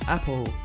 Apple